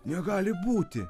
negali būti